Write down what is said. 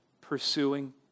pursuing